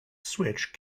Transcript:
switch